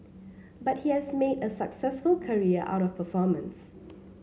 but he has made a successful career out of performance